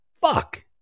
Fuck